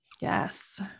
Yes